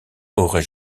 aurais